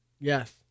Yes